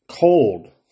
cold